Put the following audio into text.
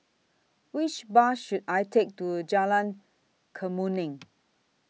Which Bus should I Take to Jalan Kemuning